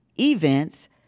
events